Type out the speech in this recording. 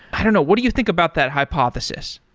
i don't know, what do you think about that hypothesis?